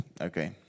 Okay